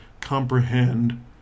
comprehend